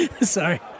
sorry